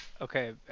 okay